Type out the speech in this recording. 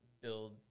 build